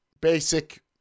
Basic